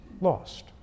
lost